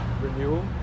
renewal